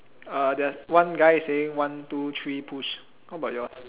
uh there's one guy saying one two three push what about yours